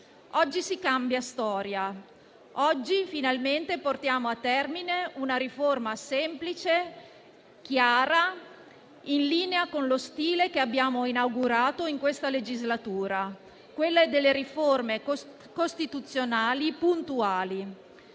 Oggi si cambia storia: finalmente portiamo a termine una riforma semplice, chiara, in linea con lo stile che abbiamo inaugurato in questa legislatura, quello delle riforme costituzionali puntuali.